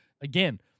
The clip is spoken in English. again